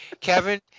Kevin